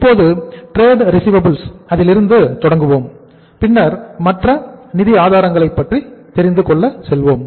இப்போது trade receivables அதிலிருந்து தொடங்குவோம் பின்னர் மற்ற நிதி ஆதாரங்கள்பற்றி தெரிந்துகொள்ளசெல்வோம்